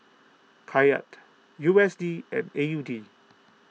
Kyat U S D and A U D